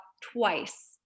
twice